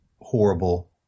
horrible